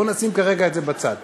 בואו נשים כרגע את זה בצד.